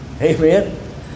Amen